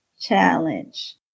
challenge